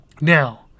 Now